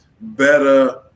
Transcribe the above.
better